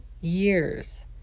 years